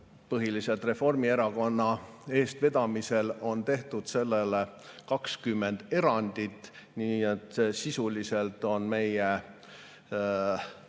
põhiliselt Reformierakonna eestvedamisel on tehtud sellele 20 erandit, nii et sisuliselt on meie